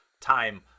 time